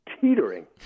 teetering